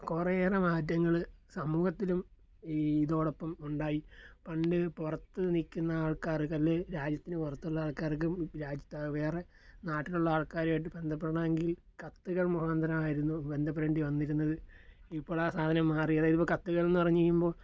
കുറെയേറെ മാറ്റങ്ങൾ സമൂഹത്തിലും ഈ ഇതോടൊപ്പം ഉണ്ടായി പണ്ട് പുറത്തു നിൽക്കുന്ന ആൾക്കാർക്ക് അല്ലെ രാജ്യത്തിനു പുറത്തുള്ള ആൾക്കാർക്ക് രാജ്യത്തു വേറെ നാട്ടിലുള്ള ആൾക്കാരെയായിട്ട് ബന്ധപ്പെടണമെങ്കിൽ കത്തുകൾ മുഖാന്തരം ആയിരുന്നു ബന്ധപ്പെടേണ്ടി വന്നിരുന്നത് ഇപ്പോഴാണ് സാധനം മാറി അതായത് കത്തുകളെന്നു പറഞ്ഞു വരുമ്പോൾ